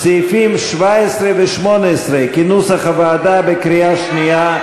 סעיפים 17 ו-18 כנוסח הוועדה בקריאה שנייה,